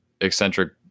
eccentric